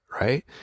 Right